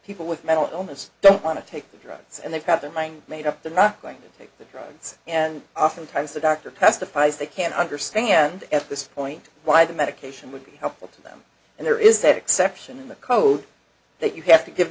people with mental illness don't want to take the drugs and they've got their lying made up the rock going to take the drugs and oftentimes the doctor testifies they can't understand at this point why the medication would be helpful to them and there is that exception in the code that you have to give